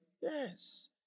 Yes